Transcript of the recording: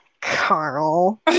Carl